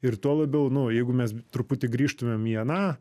ir tuo labiau nu jeigu mes truputį grįžtumėm į aną